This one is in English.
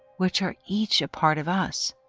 which are each a part of us,